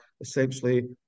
essentially